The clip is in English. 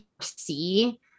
see